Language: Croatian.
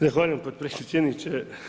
Zahvaljujem potpredsjedniče.